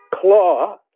Claw